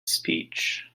speech